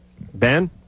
Ben